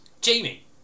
Jamie